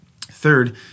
Third